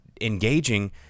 engaging